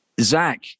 Zach